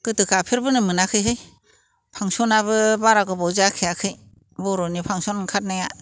गोदो गाफेरबोनो मोनाखै फांशनाबो बारा गोबाव जाखायाखै बर'नि फांशन ओंखरनाया